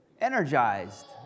energized